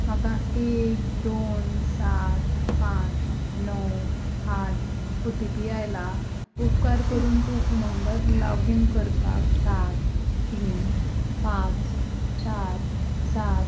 म्हाका एक दोन सात पांच णव आठ ओ टी पी आयला उपकार करून तूं उमंगात लोगीन करपाक सात तीन पांच चार सात